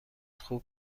خوب